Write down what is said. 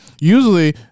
usually